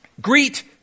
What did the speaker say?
Greet